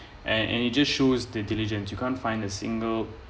and and it just shows the diligent you can't find the single